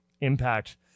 impact